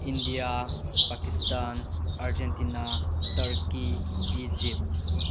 India Pakistan Argentina Turkey Egypt